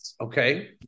Okay